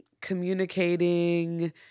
communicating